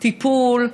טיפול,